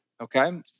Okay